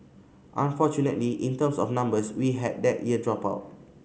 unfortunately in terms of numbers we had that year drop out